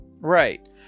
Right